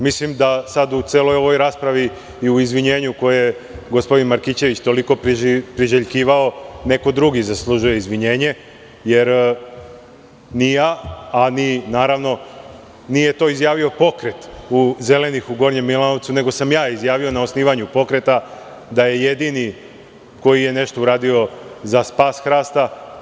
Mislim da sad u celoj ovoj raspravi i u izvinjenju koje gospodin Markićević toliko priželjkivao neko drugi zaslužuje izvinjenje, jer ni ja, a i nije to izjavio Pokret zelenih u Gornjem Milanovcu, nego sam ja izjavio na osnivanju pokreta, da je jedini koji je nešto uradio za spas hrasta.